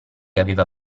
aveva